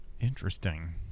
Interesting